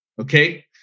Okay